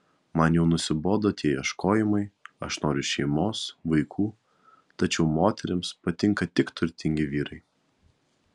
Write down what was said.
man jau nusibodo tie ieškojimai aš noriu šeimos vaikų tačiau moterims patinka tik turtingi vyrai